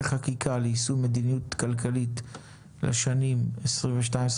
חקיקה ליישום המדיניות הכלכלית לשנות התקציב 2021 ו-2022),